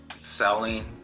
selling